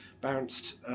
bounced